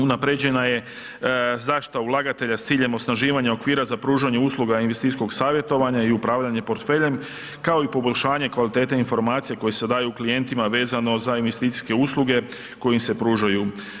Unaprjeđena je zaštita ulagatelja s ciljem osnaživanje okvira za pružanje usluga investicijskog savjetovanja i upravljanja portfeljem, kao i poboljšanje kvalitete informacije koje se daju klijentima vezano za investicijske usluge koje se pružaju.